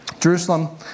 Jerusalem